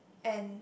and